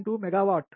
2 మెగావాట్లు